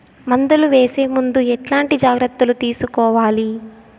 మందులు వేసే ముందు ఎట్లాంటి జాగ్రత్తలు తీసుకోవాలి?